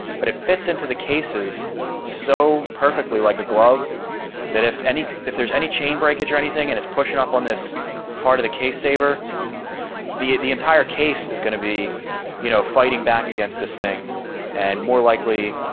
but it fits into the cases so perfectly like a glove that if any if there's any chain breakage or anything and it's pushing up on this part of the case saver the the entire case is going to be you know, fighting back against this thing and more likely,